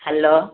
hello